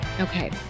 Okay